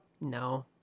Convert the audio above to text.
no